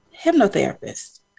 hypnotherapist